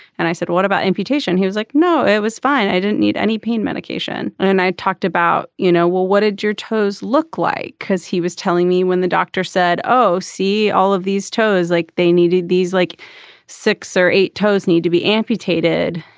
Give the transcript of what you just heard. and i said what about amputation. he was like no it was fine i didn't need any pain medication. and i talked about you know well what did your toes look like. cause he was telling me when the doctor said oh see all of these toes like they needed these like six or eight toes need to be amputated.